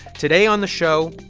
today on the show,